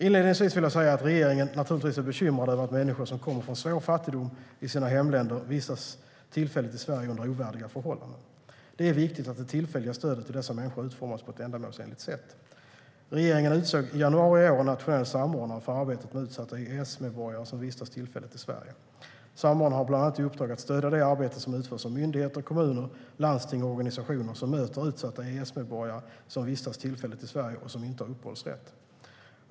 Inledningsvis vill jag säga att regeringen naturligtvis är bekymrad över att människor som kommer från svår fattigdom i sina hemländer vistas tillfälligt i Sverige under ovärdiga förhållanden. Det är viktigt att det tillfälliga stödet till dessa människor utformas på ett ändamålsenligt sätt. Regeringen utsåg i januari i år en nationell samordnare för arbetet med utsatta EES-medborgare som vistas tillfälligt i Sverige. Samordnaren har bland annat i uppdrag att stödja det arbete som utförs av myndigheter, kommuner, landsting och organisationer som möter utsatta EES-medborgare som vistas tillfälligt i Sverige och som inte har uppehållsrätt.